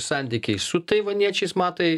santykiai su taivaniečiais matai